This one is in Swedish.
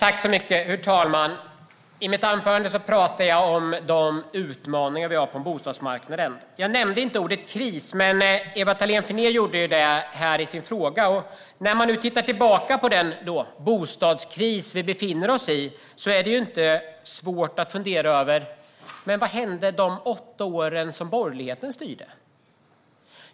Herr talman! I mitt anförande pratade jag om de utmaningar som vi har på bostadsmarknaden. Jag nämnde inte ordet kris, men Ewa Thalén Finné gjorde det i sin fråga. När man tittar på den bostadskris som vi befinner oss i undrar man: Vad hände under de åtta år som borgerligheten styrde?